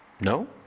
No